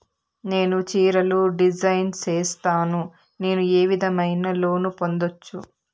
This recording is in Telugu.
నేను చీరలు డిజైన్ సేస్తాను, నేను ఏ విధమైన లోను పొందొచ్చు